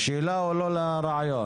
לשאלה או לא לרעיון?